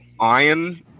iron